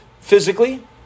physically